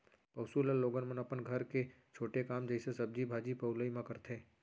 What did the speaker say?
पौंसुल ल लोगन मन अपन घर के छोटे काम जइसे सब्जी भाजी पउलई म करथे